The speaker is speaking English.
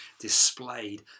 displayed